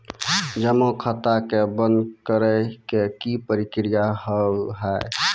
जमा खाता के बंद करे के की प्रक्रिया हाव हाय?